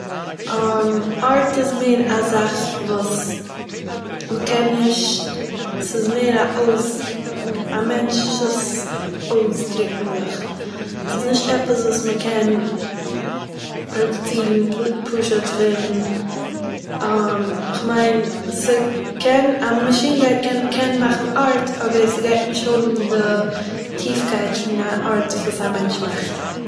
ארט איז מער א זאך וואס מ'קען נישט- ס'איז מער א אויס- א מענטשן'ס אויסדריקן זיך, ס'איז נישט עפעס וואס מען קען פראדוצירן פ- פשוט ווען כ'מיין ס'קען- א מאשין קען מאכן ארט אבער ס'גייט נישט האבן די טיעפקייט פון א ארט וואס א מענטש מאכט